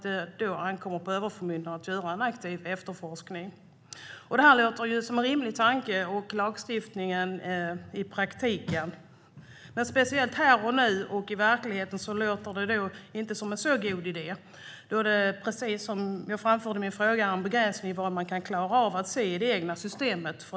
Det ankommer då på överförmyndaren att göra en aktiv efterforskning. Det här låter som en rimlig tanke och lagstiftning, men i praktiken här och nu är det inte en så god idé, eftersom det, precis som jag framförde i min fråga, finns en begränsning av vad överförmyndaren kan se i det egna systemet.